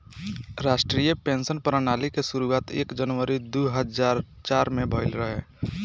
राष्ट्रीय पेंशन प्रणाली के शुरुआत एक जनवरी दू हज़ार चार में भईल रहे